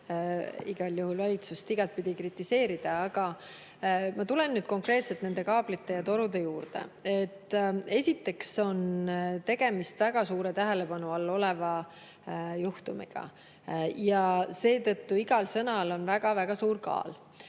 igal juhul tuleb valitsust igatpidi kritiseerida. Aga ma tulen nüüd konkreetselt nende kaablite ja torude juurde. Esiteks on tegemist väga suure tähelepanu all oleva juhtumiga ja seetõttu igal sõnal on väga-väga suur kaal.